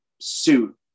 suit